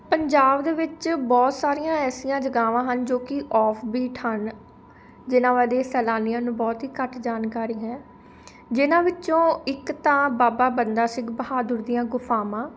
ਪੰਜਾਬ ਦੇ ਵਿੱਚ ਬਹੁਤ ਸਾਰੀਆਂ ਐਸੀਆਂ ਜਗ੍ਹਾ ਹਨ ਜੋ ਕਿ ਔਫਬੀਟ ਹਨ ਜਿਨ੍ਹਾਂ ਬਾਰੇ ਸੈਲਾਨੀਆਂ ਨੂੰ ਬਹੁਤ ਹੀ ਘੱਟ ਜਾਣਕਾਰੀ ਹੈ ਜਿਨ੍ਹਾਂ ਵਿੱਚੋਂ ਇੱਕ ਤਾਂ ਬਾਬਾ ਬੰਦਾ ਸਿੰਘ ਬਹਾਦੁਰ ਦੀਆਂ ਗੁਫਾਵਾਂ